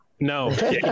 No